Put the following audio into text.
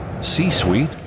C-Suite